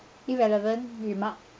irrelevant remark